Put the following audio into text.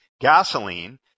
gasoline